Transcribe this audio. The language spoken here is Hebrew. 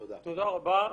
תודה רבה.